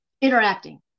interacting